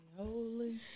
holy